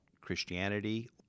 Christianity